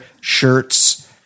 shirts